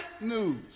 news